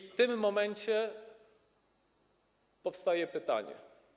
W tym momencie powstaje pytanie.